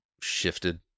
shifted